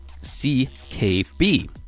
CKB